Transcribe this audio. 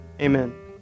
Amen